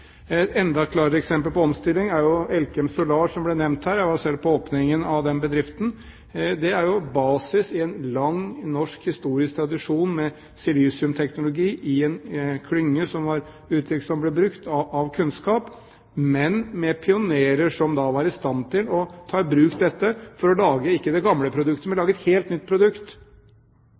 Et enda klarere eksempel på omstilling er Elkem Solar, som ble nevnt her. Jeg var selv på åpningen av den bedriften, som har basis i en lang norsk, historisk tradisjon med silisiumteknologi i en klynge – som var et uttrykk som ble brukt – av kunnskap, men med pionerer som var i stand til å ta i bruk dette for å lage – ikke det gamle produktet, men et helt nytt produkt.